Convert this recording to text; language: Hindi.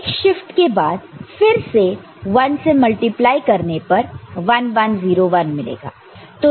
एक शिफ्ट के बाद फिर से 1 से मल्टिप्लाई करने पर 1 1 0 1 मिलेगा